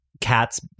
cats